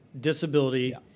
disability